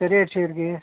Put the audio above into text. ते रेट छेट केह् ऐ